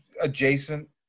adjacent